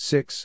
Six